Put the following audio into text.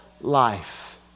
life